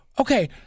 Okay